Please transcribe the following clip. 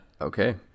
Okay